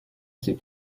ses